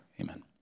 Amen